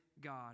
God